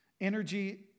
energy